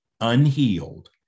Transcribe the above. unhealed